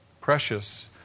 Precious